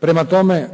Prema tome,